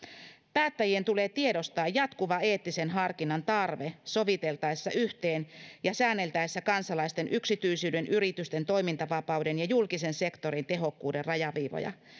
päättäjien tulee tiedostaa jatkuva eettisen harkinnan tarve soviteltaessa yhteen ja säänneltäessä kansalaisten yksityisyyden yritysten toimintavapauden ja julkisen sektorin tehokkuuden rajaviivoja